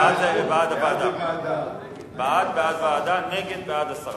בעד, זה בעד הוועדה, ונגד, זה בעד הסרה.